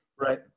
Right